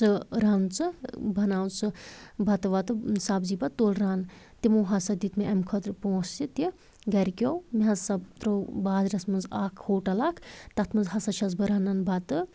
تہٕ رَن ژٕ بناون ژٕ بَتہٕ وَتہٕ سبزی بَتہٕ تُل رَن تِمو ہسا دِتۍ مےٚ أمۍ خٲطرٕ پونٛسہٕ تہِ گرِکیو مےٚ ہسا ترٛوو بازرَس منٛز اَکھ ہوٹَل اَکھ تَتھ منٛز ہسا چھَس بہٕ رَنان بَتہٕ